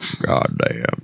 Goddamn